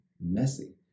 messy